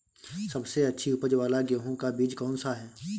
सबसे अच्छी उपज वाला गेहूँ का बीज कौन सा है?